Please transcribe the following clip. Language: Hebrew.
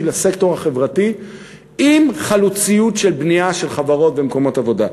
לסקטור החברתי עם חלוציות של בנייה של חברות ומקומות עבודה.